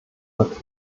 wird